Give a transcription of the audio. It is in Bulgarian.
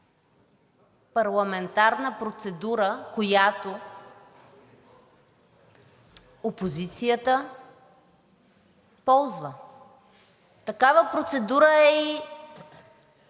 парламентарна процедура, която опозицията ползва. Такава процедура е и